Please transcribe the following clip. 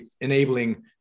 enabling